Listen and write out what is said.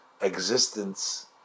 existence